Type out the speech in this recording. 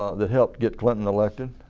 ah that helped get clinton elected.